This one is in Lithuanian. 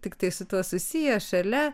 tiktai su tuo susiję šalia